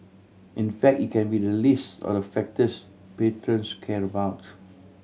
in fact it can be the least of the factors patrons care about